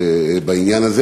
בעניין הזה.